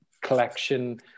collection